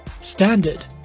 Standard